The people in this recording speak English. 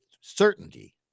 certainty